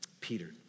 Peter